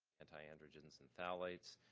antiandrogens and phthalates.